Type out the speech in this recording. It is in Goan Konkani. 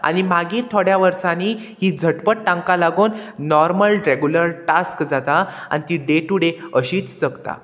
आनी मागीर थोड्या वर्सांनी ही झटपट तांकां लागून नॉर्मल रेगुलर टास्क जाता आनी ती डे टू डे अशीच जगता